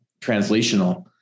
translational